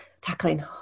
tackling